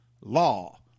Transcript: law